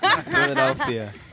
philadelphia